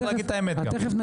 צריך להגיד את האמת גם.